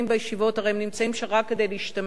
הרי הם נמצאים שם רק כדי להשתמט משירות.